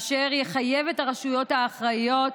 אשר יחייב את הרשויות האחראיות